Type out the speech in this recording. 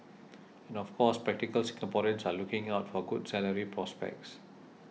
and of course practical Singaporeans are looking out for good salary prospects